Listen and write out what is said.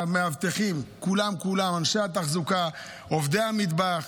ולמאבטחים, לאנשי התחזוקה, עובדי המטבח,